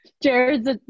Jared's